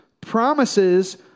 Promises